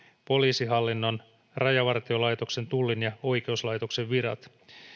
poliisihallinnon rajavartiolaitoksen tullin ja oikeuslaitoksen virat